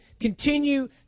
continue